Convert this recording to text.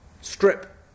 strip